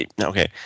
Okay